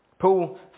Paul